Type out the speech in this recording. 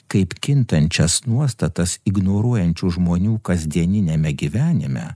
kaip kintančias nuostatas ignoruojančių žmonių kasdieniniame gyvenime